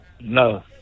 No